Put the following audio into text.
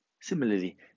Similarly